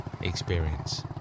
experience